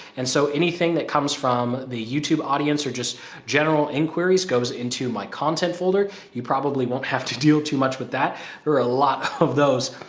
and so, anything that comes from the youtube audience or just general inquiries goes into my content folder. you probably won't have to deal too much with that or a lot of those.